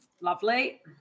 lovely